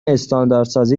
استانداردسازی